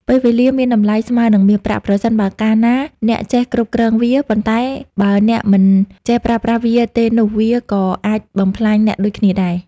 ពេលវេលាមានតំលៃស្មើនិងមាសប្រាក់ ប្រសិនបើការណាអ្នកចេះគ្រវ់គ្រងវា ប៉ុន្តែបើអ្នកមិនចេះប្រើប្រាស់វាទេនោះវាក៏អាចបំផ្លាញអ្នកដូចគ្នាដែរ។